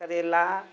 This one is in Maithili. करैला